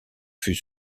fut